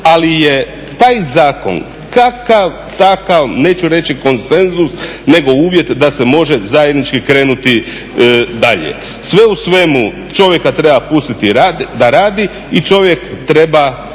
ali je taj zakon kakav takav, neću reći konsenzus, nego uvjet da se može zajednički krenuti dalje. Sve u svemu čovjeka treba pustiti da radi i čovjek treba